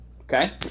okay